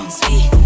sweet